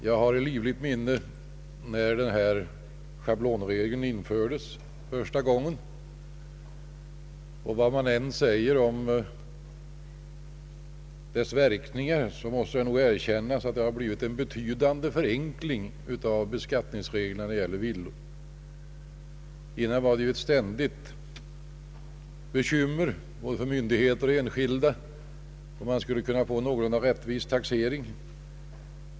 Jag har i livligt minne när schablonregeln infördes, och vad man än säger om dess verkningar måste det nog erkännas, att den medfört en betydande förenkling av beskattningsreglerna när det gäller villor. Dessförinnan var det ju ett ständigt bekymmer både för myndigheter och enskilda, hur man skulle få en någorlunda rättvis taxering till stånd.